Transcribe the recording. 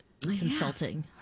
Consulting